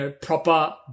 proper